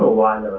ah one,